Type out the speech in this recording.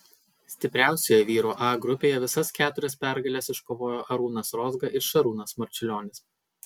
stipriausioje vyrų a grupėje visas keturias pergales iškovojo arūnas rozga ir šarūnas marčiulionis